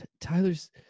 Tyler's